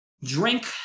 Drink